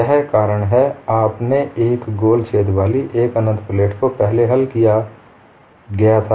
यह कारण है आपने एक गोल छेद वाली एक अनंत प्लेट को पहले हल किया गया था